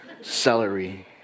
celery